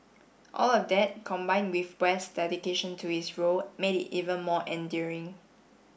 all of that combined with west dedication to his role made it even more endearing